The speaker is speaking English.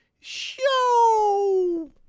Show